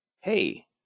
hey